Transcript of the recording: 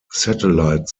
satellite